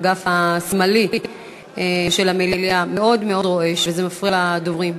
האגף השמאלי של המליאה מאוד רועש וזה מפריע לדוברים.